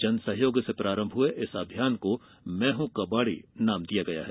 जन सहयोग से प्रारंभ हुए इस अभियान को मैं हूं कबाड़ी नाम दिया गया है